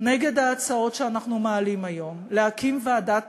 נגד ההצעות שאנחנו מעלים היום להקים ועדת